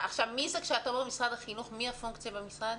כשאתה אומר משרד החינוך, מי הפונקציה במשרד?